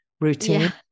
routine